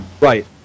Right